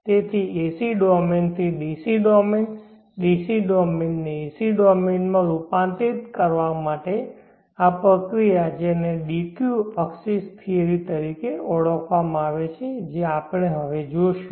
તેથી AC ડોમેનથી DC domain DC ડોમેનને AC ડોમેનમાં રૂપાંતરિત કરવાની આ પ્રક્રિયા જેને d q એક્સેસ થિયરી તરીકે ઓળખવામાં આવે છે જે આપણે હવે જોશું